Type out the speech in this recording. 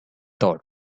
thought